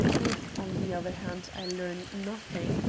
if, on the other hand, i learn nothing,